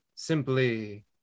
Simply